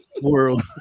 world